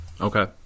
Okay